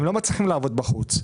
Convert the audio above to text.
הם לא מצליחים לעבוד בחוץ.